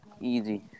Easy